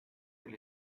del